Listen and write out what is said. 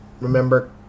remember